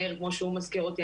מאיר כמו שהוא מזכיר אותי,